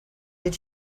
did